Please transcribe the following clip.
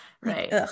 Right